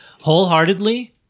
Wholeheartedly